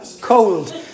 cold